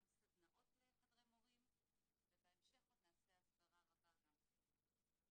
גם סדנאות לחדרי מורים ובהמשך עוד נעשה הסברה רבה גם בתחום הזה.